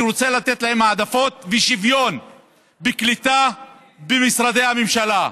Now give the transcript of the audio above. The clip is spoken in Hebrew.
אני רוצה לתת להם העדפה ושוויון בקליטה במשרדי הממשלה.